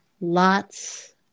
Lots